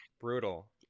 Brutal